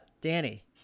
Danny